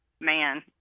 man